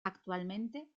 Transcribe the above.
actualmente